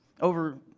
Over